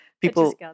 People